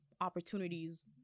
opportunities